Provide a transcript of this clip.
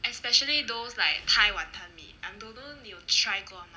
especially those like thai wanton mee I don't know 你有 try 过吗